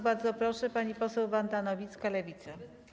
Bardzo proszę, pani poseł Wanda Nowicka, Lewica.